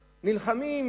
נלחמים,